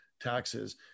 taxes